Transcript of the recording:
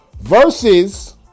versus